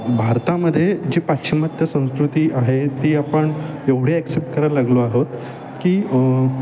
भारतामध्ये जी पाश्चिमात्य संस्कृती आहे ती आपण एवढी ॲक्सेप्ट करायला लागलो आहोत की